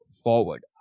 forward